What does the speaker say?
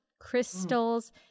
crystals